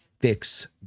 fix